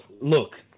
look